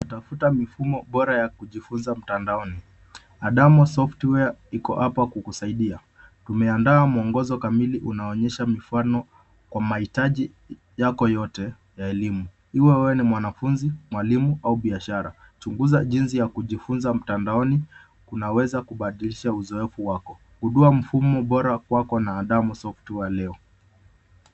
Tafuta mifumo bora ya kujifunza mtandaoni Adamo Software iko hapa kukusaidia. Tumeandaa mwongozo kamili unaonyesha mifano kwa mahitaji yako yote ya elimu huwa wewe ni mwanafunzi mwalimu au biashara chunguza jinsi ya kujifunza mtandaoni kunaweza kubadilisha uzoefu wako. Gundua mfumo bora kwako na Adamo Software leo.